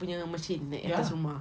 punya machine naik atas rumah